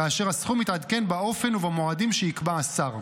כאשר הסכום יתעדכן באופן ובמועדים שיקבע השר.